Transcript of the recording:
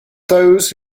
those